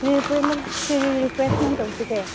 ꯀꯔꯤ ꯀꯔꯤ ꯔꯤꯐ꯭ꯔꯦꯁꯃꯦꯟ ꯇꯧꯁꯤꯒꯦ